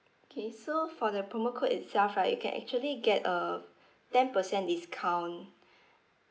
okay so for the promo code itself right you can actually get a ten percent discount